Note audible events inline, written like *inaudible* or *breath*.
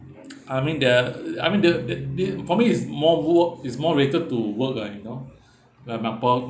*noise* I mean there're I mean there there there for me is more work it's more related to work lah you know *breath* like my past